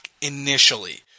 initially